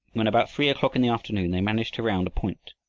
when about three o'clock in the afternoon they managed to round a point.